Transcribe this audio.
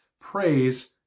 praise